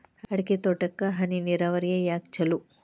ಅಡಿಕೆ ತೋಟಕ್ಕ ಹನಿ ನೇರಾವರಿಯೇ ಯಾಕ ಛಲೋ?